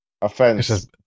offense